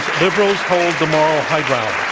liberals hold the moral high ground.